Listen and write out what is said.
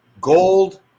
gold